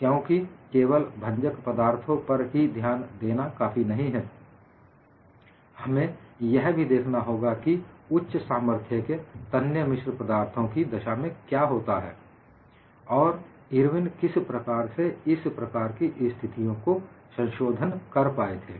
क्योंकि केवल भंजक पदार्थों पर ही ध्यान देना काफी नही है हमें यह भी देखना होगा कि उच्च सामर्थ्य के तन्य मिश्र पदार्थों की दशा में क्या होता है और इरविन किस प्रकार से इस प्रकार की स्थितियों को संशोधन कर पाए थे